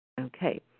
Okay